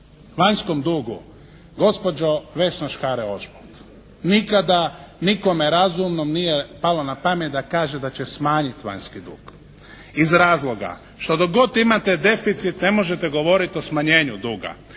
vanjskom dugu gospođo Vesna Škare Ožbolt! Nikada nikome razumnom nije palo na pamet da kaže da će smanjiti vanjski dug iz razloga što dok god imate deficit ne možete govorit o smanjenju duga.